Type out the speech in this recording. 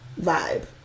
vibe